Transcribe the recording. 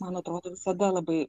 man atrodo visada labai